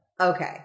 okay